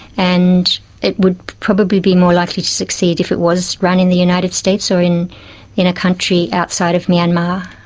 and it would probably be more likely to succeed if it was run in the united states, so in in a country outside of myanmar.